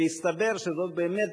והסתבר שזאת באמת,